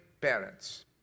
parents